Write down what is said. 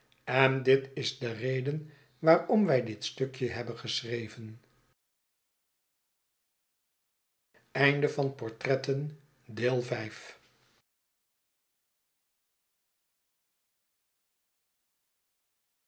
en dit is de reden waarom wij dit stukje hebben geschreven